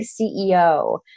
CEO